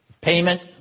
payment